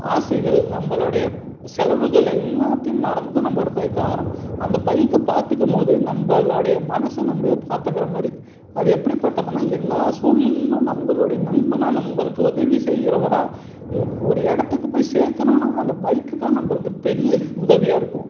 ஆசைகள் நம்மளோடய செலவுகள் எல்லாத்தையும் மறந்து நம்ம ஒரு பைக்கு வாங்கிறோம் அந்த பைக்கை பார்த்துக்கும் போது நம்மளோடைய மனசு நம்ம பார்த்துக்குற மாதிரி அது எப்படி பட்டதுனால் எல்லா சூழ்நிலைலேயும் நம்மளோட நண்பனாக நம்மளுக்கு உதவி செய்கிறவரா இ ஒரு இடத்துக்கு போய் சேர்க்கணுன்னா அந்த பைக்கு தான் நம்மளுக்கு பெரிய உதவியாக இருக்கும்